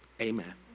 amen